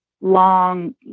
long